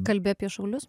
kalbi apie šaulius